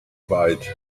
bite